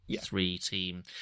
three-team